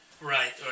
Right